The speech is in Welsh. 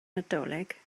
nadolig